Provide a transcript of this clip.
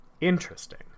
interesting